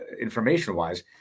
information-wise